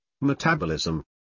metabolism